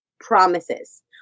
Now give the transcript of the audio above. promises